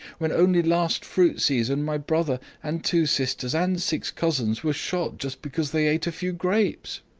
when only last fruit season my brother, and two sisters, and six cousins were shot just because they ate a few grapes.